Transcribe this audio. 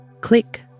Click